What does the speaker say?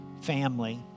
family